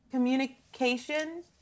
Communication